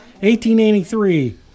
1883